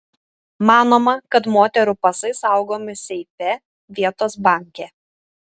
manoma kad moterų pasai saugomi seife vietos banke